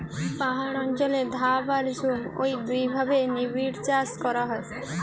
পাহাড় অঞ্চলে ধাপ আর ঝুম ঔ দুইভাবে নিবিড়চাষ করা হয়